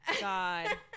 god